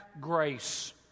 grace